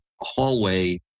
hallway